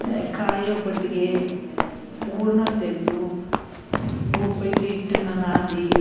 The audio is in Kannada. ಕಾಯಿ ಒಬ್ಬಟ್ಟಿಗೆ ಹೂರಣ ತೆಗೆದು ಒಬ್ಬಟ್ಟು ಹಿಟ್ಟನ್ನು ನಾದಿ